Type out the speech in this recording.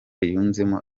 yunzemo